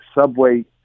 Subway